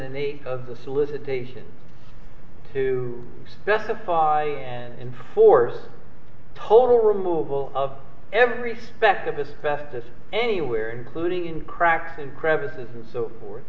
and eight of the solicitation to specify and enforce total removal of every speck of this vast this anywhere including in cracks and crevices and so forth